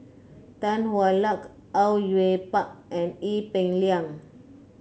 Tan Hwa Luck Au Yue Pak and Ee Peng Liang